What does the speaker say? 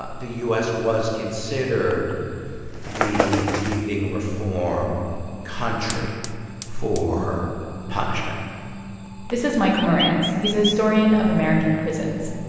ah the u s. was considered the leading reform country for punishment this is michael meranze. he's a historian of american prisons